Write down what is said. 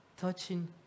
touching